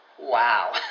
wow